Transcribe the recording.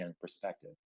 perspective